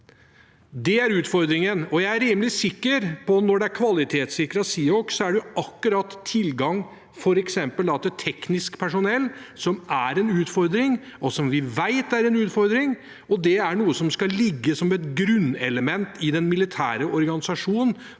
Det er utfordringen. Jeg er rimelig sikker på at når det gjelder å kvalitetssikre Seahawk, er det akkurat tilgang til f.eks. teknisk personell som er en utfordring, og som vi vet er en utfordring. Det er noe som skal ligge som et grunnelement i den militære organisasjonen